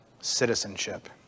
citizenship